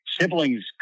siblings